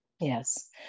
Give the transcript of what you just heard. Yes